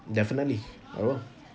definitely I will